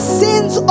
sins